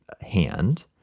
hand